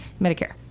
Medicare